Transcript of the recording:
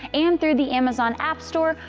and through the amazon app store,